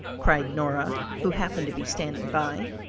cried nora, who happened to be standing by.